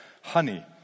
honey